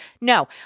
No